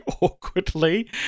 awkwardly